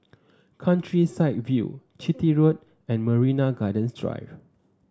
Countryside View Chitty Road and Marina Gardens Drive